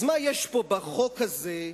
אז מה יש בו בחוק הזה,